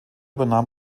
übernahm